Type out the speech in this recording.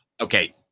Okay